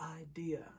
idea